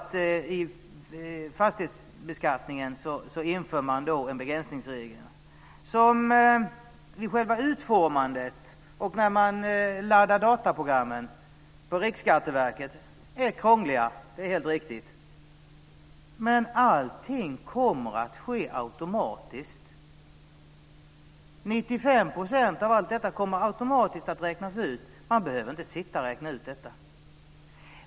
Nu inför man en begränsningsregel i fastighetsbeskattningen som vid själva utformandet och vid laddandet av dataprogrammen på Riksskatteverket är krångliga. Det är helt riktigt. Men allting kommer att ske automatiskt. 95 % av allt detta kommer att räknas ut automatiskt. Man behöver inte sitta och räkna ut detta.